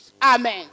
Amen